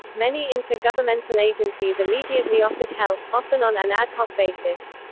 many inter-governmental agencies immediately offered help, often on an ad hoc basis.